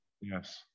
Yes